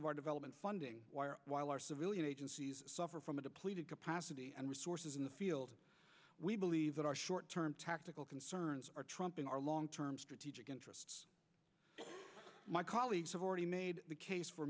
of our development funding while our civilian agencies suffer from a depleted capacity and resources in the field we believe that our short term tactical concerns are trumping our long term strategic interests my colleagues have already made the case for